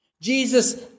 Jesus